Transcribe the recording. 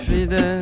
fidèle